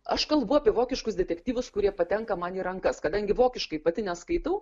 aš kalbu apie vokiškus detektyvus kurie patenka man į rankas kadangi vokiškai pati neskaitau